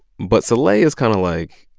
but soleil is kind of like,